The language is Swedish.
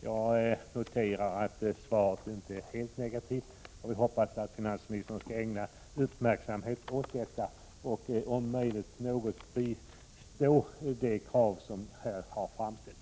Jag noterar att svaret inte är helt negativt och hoppas att finansministern skall ägna uppmärksamhet åt detta och om möjligt tillmötesgå de krav som här har framställts.